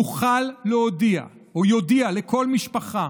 יוכל להודיע או יודיע לכל משפחה